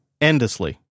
endlessly